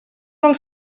del